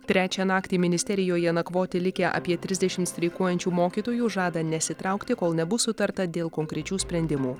trečią naktį ministerijoje nakvoti likę apie trisdešimt streikuojančių mokytojų žada nesitraukti kol nebus sutarta dėl konkrečių sprendimų